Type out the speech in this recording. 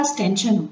tension